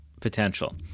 potential